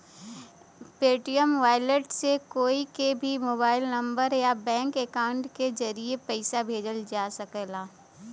Paytm wallet से कोई के भी मोबाइल नंबर या बैंक अकाउंट के जरिए पइसा भेजल जा सकला